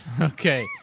Okay